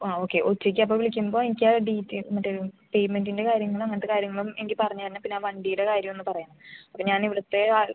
ആ ഓക്കെ ഉച്ചയ്ക്ക് അപ്പോൾ വിളിക്കുമ്പോൾ എനിക്ക് ആ ഡീറ്റെയിൽ എന്നിട്ട് ഒരു പേയ്മെൻറ്റിൻ്റെ കാര്യങ്ങൾ അങ്ങനത്തെ കാര്യങ്ങളും എനിക്ക് പറഞ്ഞ് തരണം പിന്നെ ആ വണ്ടിയുടെ കാര്യം ഒന്ന് പറയണം അപ്പം ഞാൻ ഇവിടുത്തെ അ